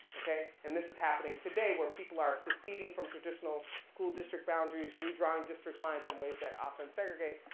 okay. and this is happening today where people are succeeding from traditional school district boundaries, redrawing district lines in ways that often segregate.